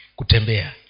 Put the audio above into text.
kutembea